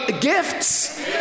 gifts